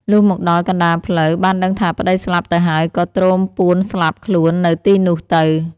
លុះមកដល់កណ្ដាលផ្លូវ បានដឹងថាប្ដីស្លាប់ទៅហើយ ក៏ទ្រោមពួនស្លាប់ខ្លួននៅទីនោះទៅ។